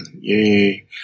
Yay